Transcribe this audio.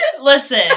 Listen